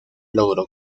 logró